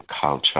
culture